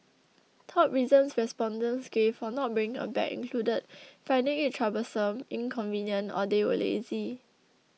top reasons respondents gave for not bringing a bag included finding it troublesome inconvenient or they were lazy